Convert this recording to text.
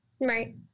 Right